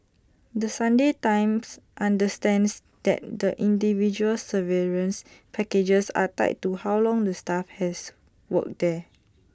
the Sunday times understands that the individual severance packages are tied to how long the staff has worked there